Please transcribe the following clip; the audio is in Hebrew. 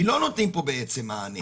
כי לא נותנים פה בעצם מענה.